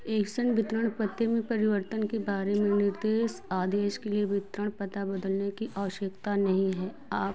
action वितरण पते में परिवर्तन के बारे में निर्देश आदेश के लिए वितरण पता बदलने की आवश्यकता नहीं है आप